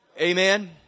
Amen